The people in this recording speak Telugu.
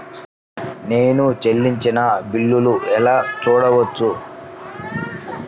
నేను చెల్లించిన బిల్లు ఎలా చూడవచ్చు?